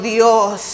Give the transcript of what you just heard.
Dios